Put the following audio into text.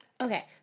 okay